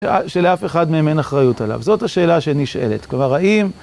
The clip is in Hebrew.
שלאף אחד מהם אין אחריות עליו. זאת השאלה שנשאלת. כלומר האם